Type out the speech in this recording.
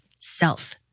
self